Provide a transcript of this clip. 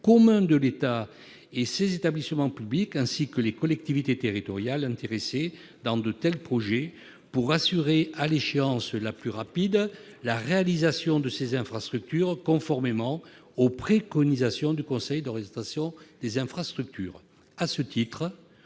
commun de l'État et de ses établissements publics, ainsi que des collectivités territoriales intéressées par de tels projets, pour assurer, à l'échéance la plus rapide, la réalisation de ces infrastructures, conformément aux préconisations du Conseil d'orientation des infrastructures À ce titre,